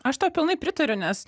aš tau pilnai pritariu nes